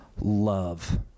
love